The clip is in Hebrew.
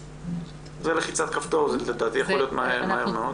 זה בלחיצת כפתור, זה לדעתי יכול להיות מהר מאוד.